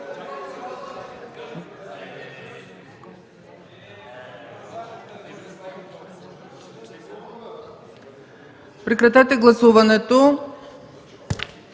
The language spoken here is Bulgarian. прекратете гласуването.